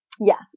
Yes